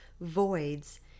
voids